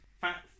Fat